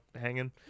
hanging